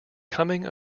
coming